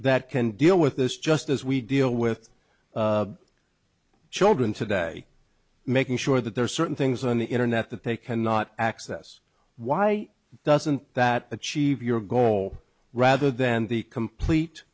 that can deal with this just as we deal with children today making sure that there are certain things on the internet that they cannot access why doesn't that achieve your goal rather than the complete